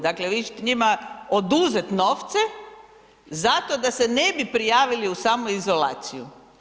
Dakle, vi ćete njima oduzet novce zato da se ne bi prijavili u samoizolaciju.